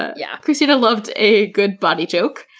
ah yeah, kristina loved a good bawdy joke,